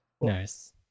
nice